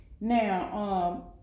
Now